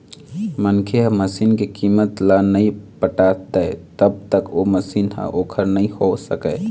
मनखे ह मसीन के कीमत ल नइ पटा दय तब तक ओ मशीन ह ओखर नइ होय सकय